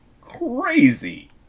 crazy